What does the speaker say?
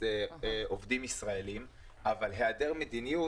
עובדים ישראלים אבל היעדר מדיניות,